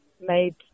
made